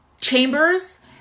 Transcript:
chambers